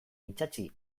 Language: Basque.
itsatsi